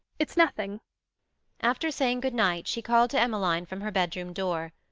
it's nothing after saying good-night, she called to emmeline from her bedroom door.